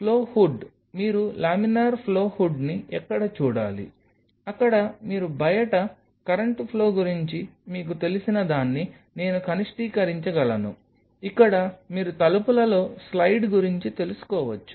flow hood మీరు laminar flow హుడ్ని ఎక్కడ చూడాలి అక్కడ మీరు బయట కరెంట్ ఫ్లో గురించి మీకు తెలిసిన దాన్ని నేను కనిష్టీకరించగలను ఇక్కడ మీరు తలుపులలో స్లయిడ్ గురించి తెలుసుకోవచ్చు